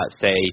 say